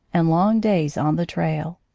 and long days on the trail.